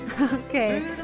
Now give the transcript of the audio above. okay